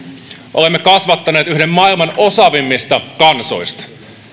olemme kasvattaneet yhden maailman osaavimmista kansoista